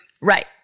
Right